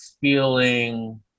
feeling